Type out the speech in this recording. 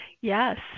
Yes